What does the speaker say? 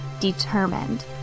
determined